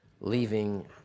leaving